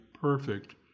perfect